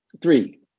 Three